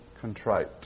contrite